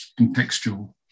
contextual